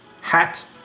Hat